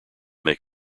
made